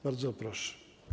Bardzo proszę.